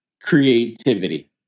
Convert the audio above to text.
creativity